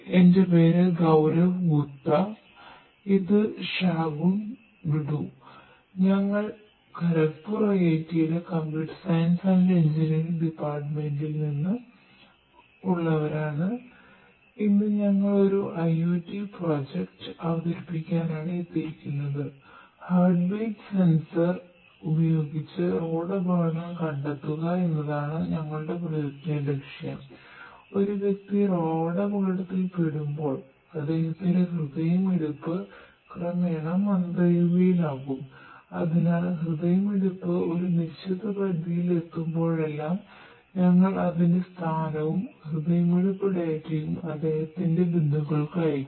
എന്റെ പേര് ഗൌരവ് ഗുപ്തഅദ്ദേഹത്തിന്റെ ബന്ധുക്കൾക്ക് അയയ്ക്കും